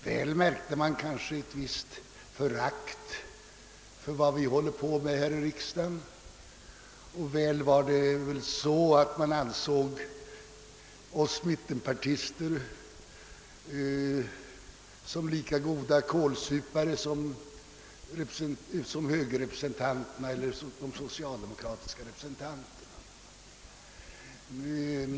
Väl märkte man kanske ett visst förakt för vad vi håller på med här i riksdagen, och väl ansåg man oss mittenpartister som lika goda kålsupare som representanterna för högern och socialdemokratin.